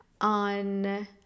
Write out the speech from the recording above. on